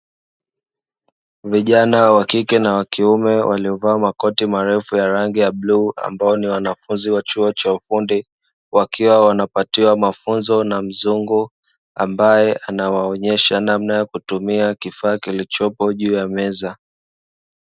Vijana wa kike na wa kiume waliovaa makoti marefu ya rangi ya bluu, ambao ni wanafunzi wa chuo cha ufundi wakiwa wanapatiwa mafunzo na mzungu, ambaye anawaonyesha namna ya kutumia kifaa kilichopo juu ya meza.